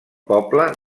poble